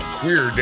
queer